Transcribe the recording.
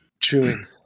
Chewing